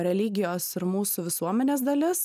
religijos ir mūsų visuomenės dalis